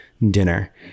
dinner